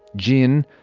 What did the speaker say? gin,